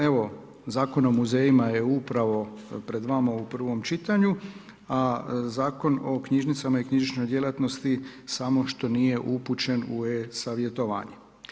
Evo Zakon o muzejima je upravo pred vama u prvom čitanju, a Zakon o knjižnicama i knjižničnoj djelatnosti samo što nije upućen u e-savjetovanje.